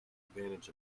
advantage